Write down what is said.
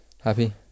happy